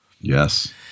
Yes